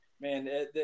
man